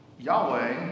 Yahweh